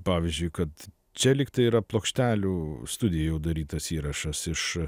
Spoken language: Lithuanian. pavyzdžiui kad čia lygtai yra plokštelių studijų darytas įrašas iš